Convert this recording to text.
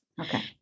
Okay